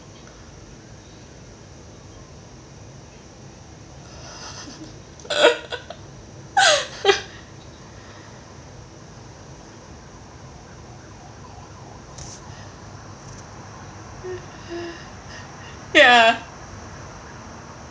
ya